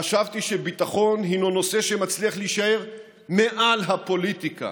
חשבתי שביטחון הוא נושא שמצליח להישאר מעל הפוליטיקה.